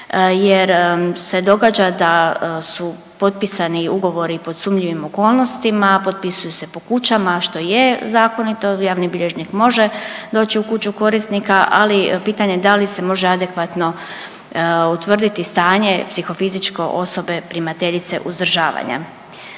jer se događa da su potpisani ugovori pod sumnjivim okolnostima, potpisuju se po kućama što je zakonito, javni bilježnik može doći u kuću korisnika, ali je pitanje da se može adekvatno utvrditi stanje psihofizičko osobe primateljice uzdržavanja.